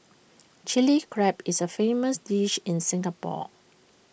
Chilli Crab is A famous dish in Singapore